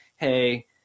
hey